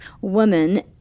woman